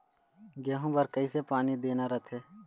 गेहूं बर कइसे पानी देना रथे?